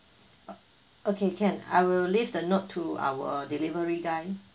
o~ okay can I will leave the note to our delivery guy